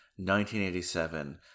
1987